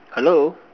hello